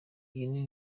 ihene